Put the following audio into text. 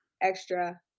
extra